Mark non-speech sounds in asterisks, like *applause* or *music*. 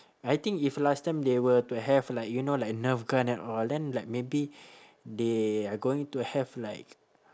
I think if last time they were to have like you know like nerf gun and all then like maybe *breath* they are going to have like